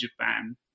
Japan